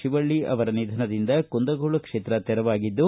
ಶಿವಳ್ಳ ಅವರ ನಿಧನದಿಂದ ಕುಂದಗೋಳ ಕ್ಷೇತ್ರ ತೆರವಾಗಿದ್ದು